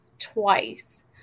twice